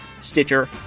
Stitcher